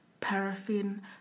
paraffin